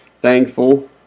thankful